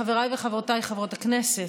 חבריי וחברותי חברות הכנסת,